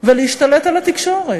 ולהשתלט על התקשורת.